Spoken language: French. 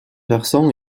versant